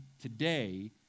today